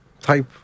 type